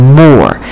more